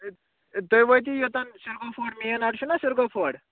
تُہۍ وٲتِو یوٚتَن سِرگوفوٲڈ مین اَڈٕ چھُنہ سِرگوفوٲڈ